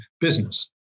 business